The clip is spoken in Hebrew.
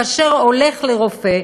כאשר הוא הולך לרופא,